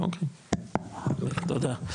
אוקי, תודה.